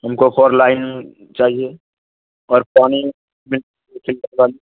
ہم کو ف لائن چاہیے اور پانی